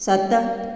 सत